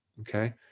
Okay